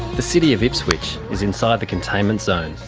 the city of ipswich is inside the containment zone,